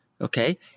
Okay